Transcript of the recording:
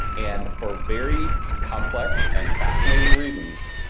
and for very complex and fascinating reasons,